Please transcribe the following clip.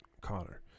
Connor